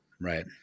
Right